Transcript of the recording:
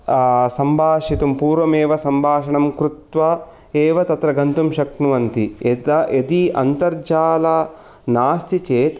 सम्भाषितुं पूर्वमेव सम्भाषणं कृत्वा एव तत्र गन्तुं शक्नुवन्ति यदा यदि अन्तार्जालम् नास्ति चेत्